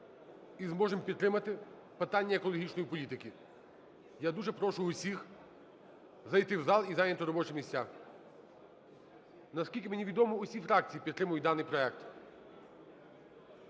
і зможемо підтримати питання екологічної політики. Я дуже прошу всіх зайти в зал і зайняти робочі місця. Наскільки мені відомо, всі фракції підтримують даний проект.